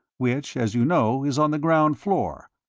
which, as you know, is on the ground floor,